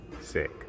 sick